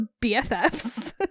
BFFs